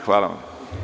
Hvala vam.